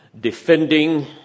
defending